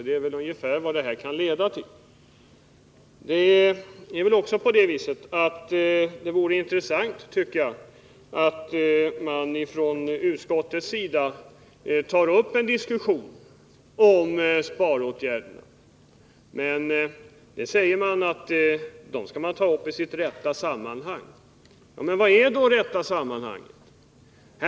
Det vore också intressant om man från utskottshåll ville ta upp en diskussion om sparåtgärderna, men dess företrädare säger bara att man skall ta upp detta i sitt rätta sammanhang. Men vad är då det rätta sammanhanget?